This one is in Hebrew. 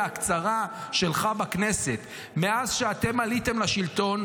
הקצרה שלך בכנסת: מאז שאתם עליתם לשלטון,